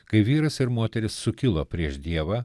kai vyras ir moteris sukilo prieš dievą